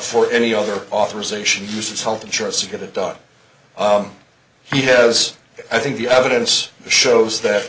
for any other authorization to use his health insurance to get it done he says i think the evidence shows that